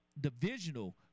divisional